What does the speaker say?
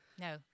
No